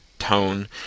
Tone